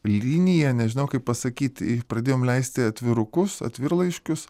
liniją nežinau kaip pasakyt i pradėjom leisti atvirukus atvirlaiškius